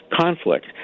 conflict